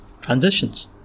Transitions